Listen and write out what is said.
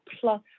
plus